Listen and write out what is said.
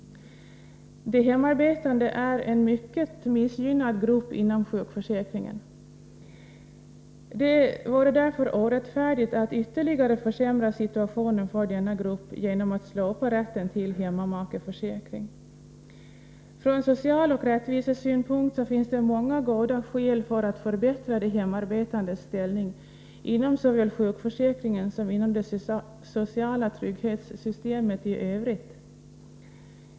De hemarbetande är en mycket missgynnad grupp inom sjukförsäkringen. Det vore därför orättfärdigt att ytterligare försämra situationen för denna grupp genom att slopa rätten till hemmamakeförsäkring. Från social synpunkt och från rättvisesynpunkt finns det många goda skäl för att förbättra de hemarbetandes ställning inom såväl sjukförsäkringen som det sociala trygghetssystemet i övrigt.